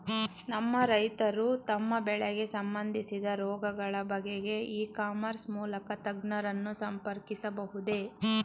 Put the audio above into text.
ನಮ್ಮ ರೈತರು ತಮ್ಮ ಬೆಳೆಗೆ ಸಂಬಂದಿಸಿದ ರೋಗಗಳ ಬಗೆಗೆ ಇ ಕಾಮರ್ಸ್ ಮೂಲಕ ತಜ್ಞರನ್ನು ಸಂಪರ್ಕಿಸಬಹುದೇ?